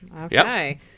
Okay